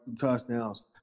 touchdowns